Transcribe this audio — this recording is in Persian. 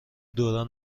دوران